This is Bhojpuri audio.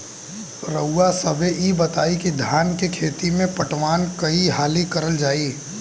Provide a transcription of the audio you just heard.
रउवा सभे इ बताईं की धान के खेती में पटवान कई हाली करल जाई?